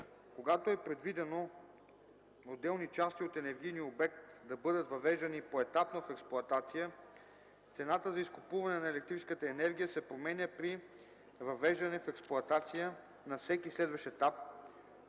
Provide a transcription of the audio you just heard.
Когато е предвидено отделни части от енергийния обект да бъдат въвеждани поетапно в експлоатация, цената за изкупуване на електрическата енергия се променя при въвеждане в експлоатация на всеки следващ етап,